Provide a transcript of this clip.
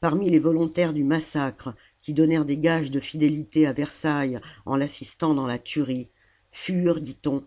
parmi les volontaires du massacre qui donnent des gages de fidélité à versailles en l'assistant dans la tuerie furent dit-on